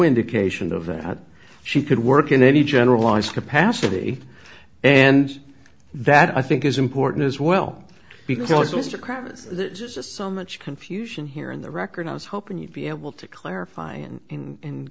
indication of that she could work in any generalized capacity and that i think is important as well because it's a crap just so much confusion here in the record i was hoping you'd be able to clarify and in